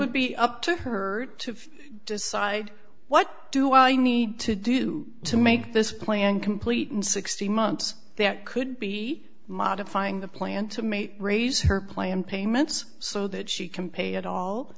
would be up to her to decide what do i need to do to make this plan complete and sixteen months that could be modifying the plan to mate raise her plan payments so that she can pay it all